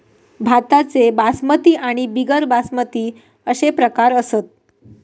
भाताचे बासमती आणि बिगर बासमती अशे प्रकार असत